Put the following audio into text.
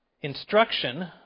instruction